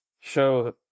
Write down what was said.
show